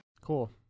Cool